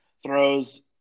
throws